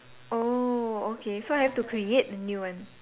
oh okay so I have to create a new one